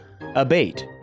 Abate